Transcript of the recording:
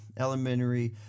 elementary